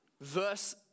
verse